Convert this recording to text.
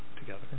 together